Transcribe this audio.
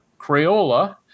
Crayola